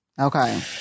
okay